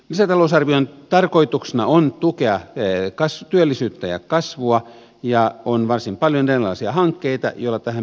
lisätalousarvion tarkoituksena on tukea työllisyyttä ja kasvua ja on varsin paljon erilaisia hankkeita joilla tähän pyritään